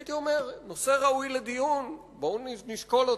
הייתי אומר: נושא ראוי לדיון, בואו נשקול אותו.